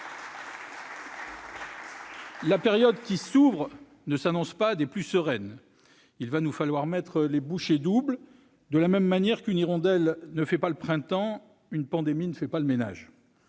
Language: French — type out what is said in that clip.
La période qui s'ouvre ne s'annonce pas des plus sereines ; il va nous falloir mettre les bouchées doubles. De la même manière qu'une hirondelle ne fait pas le printemps, une pandémie ne fait pas le ménage.